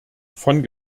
von